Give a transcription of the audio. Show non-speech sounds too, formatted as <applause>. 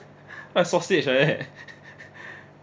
<laughs> what sausage leh <laughs>